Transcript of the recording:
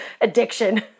addiction